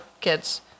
kids